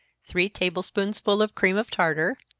three table-spoonsful of cream of tartar,